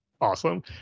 awesome